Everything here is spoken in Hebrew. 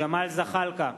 ג'מאל זחאלקה,